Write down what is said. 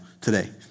today